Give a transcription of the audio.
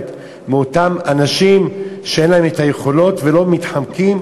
מאותם אנשים שאין להם את היכולות ולא מתחמקים,